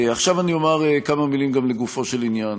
עכשיו אני אומר כמה מילים גם לגופו של עניין.